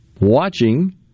watching